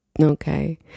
okay